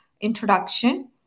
introduction